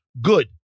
good